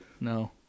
No